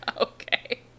Okay